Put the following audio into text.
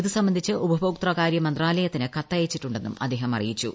ഇതുസംബന്ധിച്ച് ഉപഭോക്തൃകാര്യമന്ത്രാലയ്ത്തിന് കത്തയച്ചിട്ടുണ്ടെന്നും അദ്ദേഹം അറിയിച്ചു